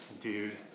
dude